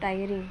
tiring